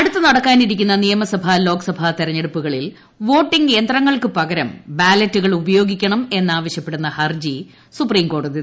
അടുത്ത് നടക്കാനിരിക്കുന്ന നിയമസഭ ലോക്സഭ തെരഞ്ഞെടുപ്പുകളിൽ പ്പോട്ടിംഗ് യന്തങ്ങൾക്ക് പകരം ബാലറ്റുകൾ ഉപയോഗിക്കണം എന്നാവശ്യപ്പെടുന്ന ഹർജി സുപ്രീംകോടതി തള്ളി